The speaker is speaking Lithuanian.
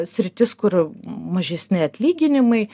sritis kur mažesni atlyginimai